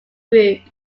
group